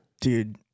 dude